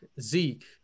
Zeke